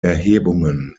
erhebungen